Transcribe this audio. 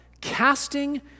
casting